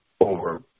over